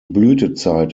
blütezeit